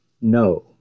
No